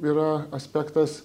yra aspektas